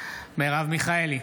מרב מיכאלי,